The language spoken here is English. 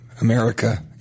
America